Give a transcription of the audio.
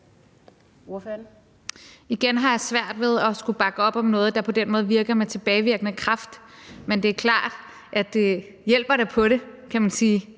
Igen har jeg svært ved at skulle bakke op om noget, der på den måde virker med tilbagevirkende kraft. Men det er klart, at det da hjælper på det, at det skal